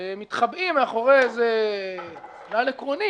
ומתחבאים מאחורי איזה כלל עקרוני